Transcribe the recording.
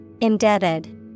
Indebted